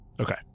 Okay